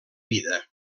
vida